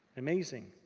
amazing.